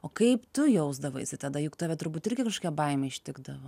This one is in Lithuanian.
o kaip tu jausdavaisi tada juk tave turbūt irgi kažkokia baimė ištikdavo